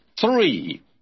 three